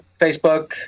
Facebook